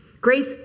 Grace